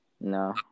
No